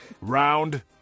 round